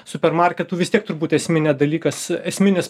supermarketų vis tiek turbūt esminė dalykas esminis